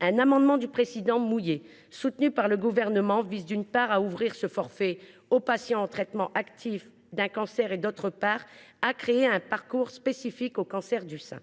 Un amendement du président Mouiller, soutenu par le Gouvernement, vise, d’une part, à ouvrir ce forfait aux patientes en traitement actif d’un cancer et, d’autre part, à créer un parcours spécifique au cancer du sein